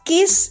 Kiss